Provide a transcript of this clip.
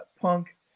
Punk